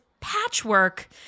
patchwork